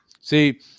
See